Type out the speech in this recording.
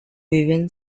viven